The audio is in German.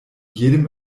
jedem